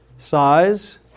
size